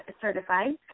certified